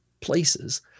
places